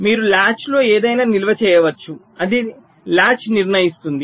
మీరు లాచ్ లో ఏదైనా నిల్వ చేయవచ్చు అది లాచ్ నిర్ణయిస్తుంది